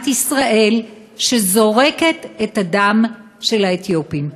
ישראל שזורקת את הדם של האתיופים.